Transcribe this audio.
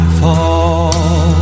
fall